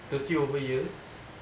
thirty over years